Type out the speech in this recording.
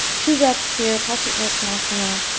two breaths here, paschimottanasana.